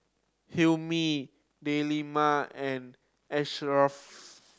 Hilmi Delima and Asharaff